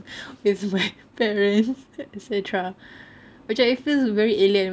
with my parents et cetera macam it feels very alien